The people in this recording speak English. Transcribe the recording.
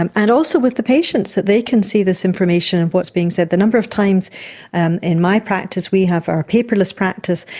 and and also with the patients, that they can see this information of what's being said. the number of times and in my practice, we have our paperless practice,